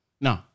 No